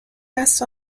است